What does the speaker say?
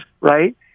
right